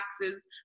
taxes